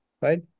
right